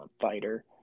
fighter